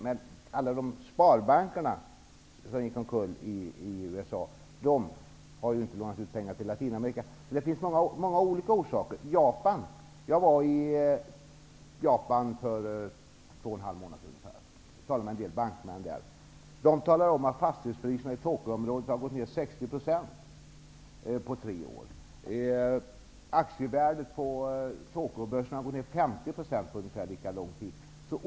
Men alla de sparbanker som gick omkull i USA hade ju inte lånat ut pengar till Latinamerika. Det finns många olika orsaker. Jag var i Japan för ungefär två och en halv månad sedan och talade med en del bankmän där. De talade om att fastighetspriserna i Tokyo-området har gått ner med 60 % på tre år. Aktievärdet på Tokyobörsen har gått ner med 50 % på ungefär lika lång tid.